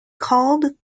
called